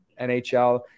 NHL